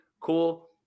Cool